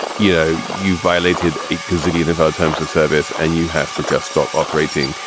you know, you violated it cozily. and if our terms of service and you have to just stop operating.